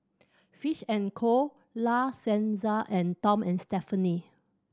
Fish and Co La Senza and Tom and Stephanie